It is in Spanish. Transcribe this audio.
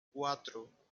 cuatro